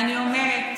אני אומרת,